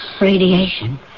Radiation